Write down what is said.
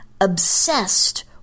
obsessed